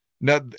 Now